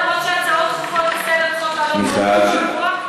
למרות שהצעות דחופות לסדר-היום צריכות לעלות באותו שבוע.